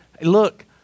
look